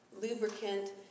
lubricant